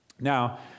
Now